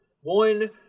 one